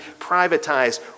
privatized